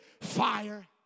fire